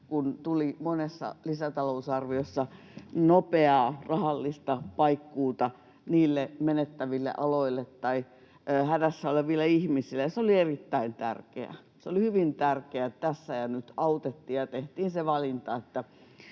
että tuli monessa lisätalousarviossa nopeaa rahallista paikkuuta niille menettäville aloille tai hädässä oleville ihmisille, ja se oli erittäin tärkeää. Se oli hyvin tärkeää, että tässä ja nyt autettiin ja tehtiin se valinta,